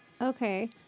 Okay